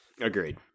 Agreed